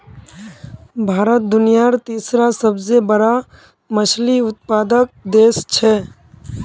भारत दुनियार तीसरा सबसे बड़ा मछली उत्पादक देश छे